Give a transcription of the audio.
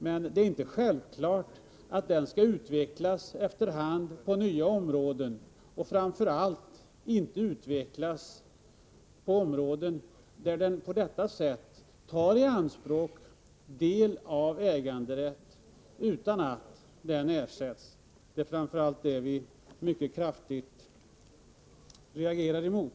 Men det är inte självklart att allemansrätten efter hand skall utvecklas till att omfatta nya områden och framför allt inte utvecklas på områden där den på detta sätt tar i anspråk del av äganderätt utan att denna ersätts. Det är framför allt detta vi mycket kraftigt reagerar mot.